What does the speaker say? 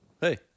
hey